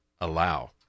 allow